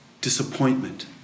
disappointment